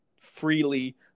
freely